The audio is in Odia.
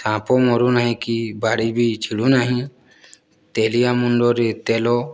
ସାପ ମରୁ ନାହିଁ କି ବାଡ଼ି ବି ଛିଡ଼ୁ ନାହିଁ ତେଲିଆ ମୁଣ୍ଡରେ ତେଲ